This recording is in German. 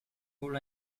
wohl